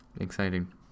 Exciting